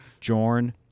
Jorn